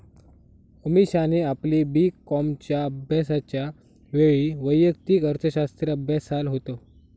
अमीषाने आपली बी कॉमच्या अभ्यासाच्या वेळी वैयक्तिक अर्थशास्त्र अभ्यासाल होत